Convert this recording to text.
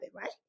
right